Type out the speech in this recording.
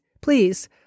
please